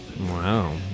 Wow